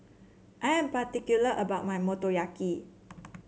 I am particular about my Motoyaki